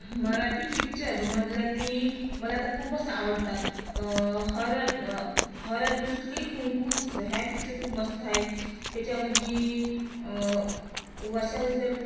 Marathi picture म्हणलं की मला तर खूपच आवडतात हळद हळद रुसली कुंकू हसलं ह्या पिच्चर खूप मस्त आहे त्याच्यामध्ये वर्षा उजगर